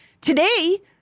Today